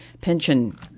pension